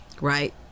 Right